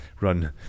run